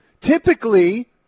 Typically